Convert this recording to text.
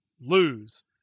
lose